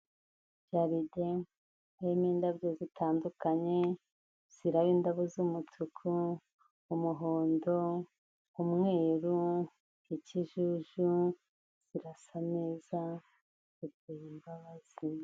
Jaride harimo indabyo zitandukanye ziraba indabo z'umutuku, umuhondo, umweru, ikijuju zirasa neza ziteye imbababazi.